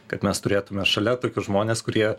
kad mes turėtume šalia tokius žmones kurie